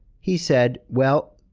he said, well,